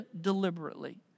deliberately